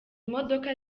modoka